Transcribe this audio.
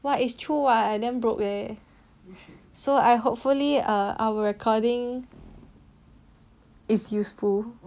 what is true [what] I damn broke eh so I hopefully uh our recording is useful